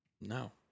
No